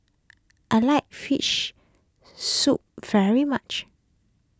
I like fish soup very much